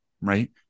right